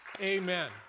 Amen